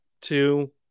two